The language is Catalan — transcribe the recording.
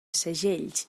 segells